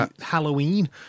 Halloween